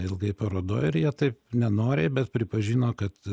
ilgai parodoj ir jie taip nenoriai bet pripažino kad